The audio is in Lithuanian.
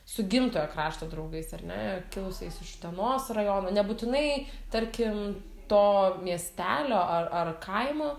su gimtojo krašto draugais ar ne kilusiais iš utenos rajono nebūtinai tarkim to miestelio ar ar kaimo